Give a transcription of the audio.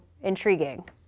intriguing